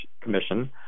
Commission